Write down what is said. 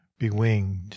bewinged